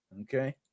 Okay